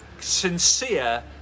sincere